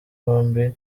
bombi